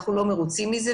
אנחנו מאוד לא מרוצים מזה,